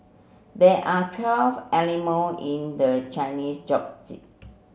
there are twelve animal in the Chinese